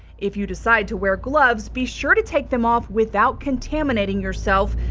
if you decide to wear gloves, be sure to take them off without contaminating yourself.